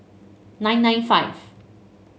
nine nine five